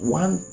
one